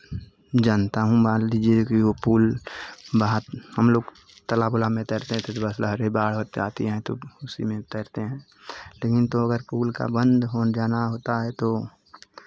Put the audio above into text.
जानता हूँ मान लीजिए कि वो पुल बहुत हमलोग तालाब उलाब में तैरते थे तो बस लहरें बाढ़ होत आती हैं तो उसी में तैरते हैं लेकिन तो अगर पुल का बंद हो जाना होता है तो